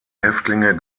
häftlinge